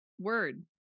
Word